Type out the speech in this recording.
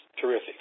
terrific